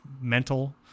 mental